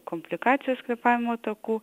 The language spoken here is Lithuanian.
komplikacijos kvėpavimo takų